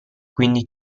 quindi